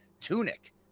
Tunic